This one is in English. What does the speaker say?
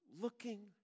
Looking